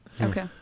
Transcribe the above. Okay